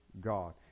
God